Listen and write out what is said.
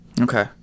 Okay